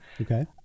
Okay